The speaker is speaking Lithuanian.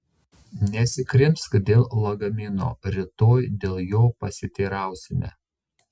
nesikrimsk dėl lagamino rytoj dėl jo pasiteirausime